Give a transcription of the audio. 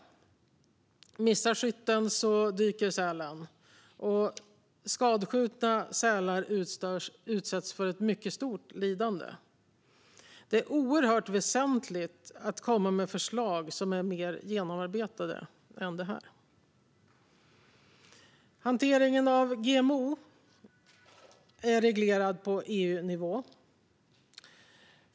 Om skytten missar dyker sälen. Skadskjutna sälar utsätts för ett mycket stort lidande. Det är oerhört väsentligt att komma med förslag som är mer genomarbetade än detta. Hanteringen av GMO är reglerad på EU-nivå.